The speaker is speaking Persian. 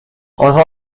آنها